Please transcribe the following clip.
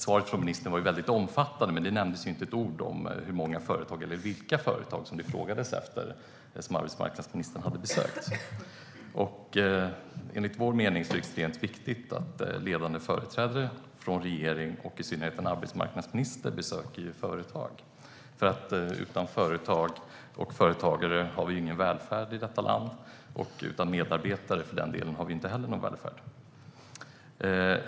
Svaret från ministern var väldigt omfattande, men det nämndes inte ett ord om hur många företag eller vilka företag som det var som arbetsmarknadsministern hade besökt. Enligt vår mening är det viktigt att ledande företrädare för regeringen och i synnerhet arbetsmarknadsministern besöker företag. Utan företag och företagare har vi ingen välfärd i detta land, och utan medarbetare har vi för den delen inte heller någon välfärd.